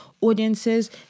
audiences